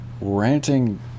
ranting